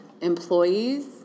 Employees